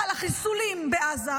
על החיסולים בעזה,